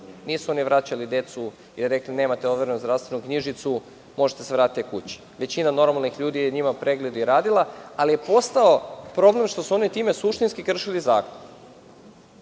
nisu oni vraćali decu i rekli – nemate overenu zdravstvenu knjižicu, možete da se vratite kući. Većina normalnih ljudi je njima pregled i radila, ali je postao problem što su oni time suštinski kršili zakon. Onda